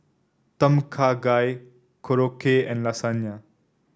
Tom Kha Gai Korokke and Lasagna